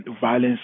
violence